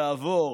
תעבור.